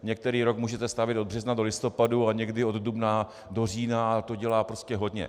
Některý rok můžete stavět od března do listopadu a někdy od dubna do října, a to dělá prostě hodně.